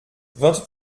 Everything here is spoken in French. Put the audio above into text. vingt